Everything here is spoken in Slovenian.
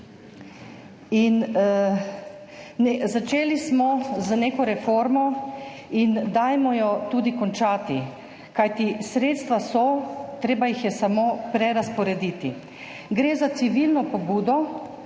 Začeli smo z neko reformo in dajmo jo tudi končati, kajti sredstva so, treba jih je samo prerazporediti. Gre za civilno pobudo